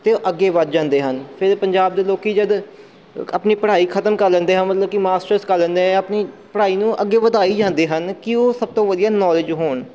ਅਤੇ ਉਹ ਅੱਗੇ ਵੱਧ ਜਾਂਦੇ ਹਨ ਫੇਰ ਪੰਜਾਬ ਦੇ ਲੋਕ ਜਦ ਆਪਣੀ ਪੜ੍ਹਾਈ ਖਤਮ ਕਰ ਲੈਂਦੇ ਹਨ ਮਤਲਬ ਕਿ ਮਾਸਟਰਸ ਕਰ ਲੈਂਦੇ ਆ ਜਾਂ ਆਪਣੀ ਪੜ੍ਹਾਈ ਨੂੰ ਅੱਗੇ ਵਧਾਈ ਜਾਂਦੇ ਹਨ ਕਿ ਉਹ ਸਭ ਤੋਂ ਵਧੀਆ ਨਾਲੇਜ ਹੋਣ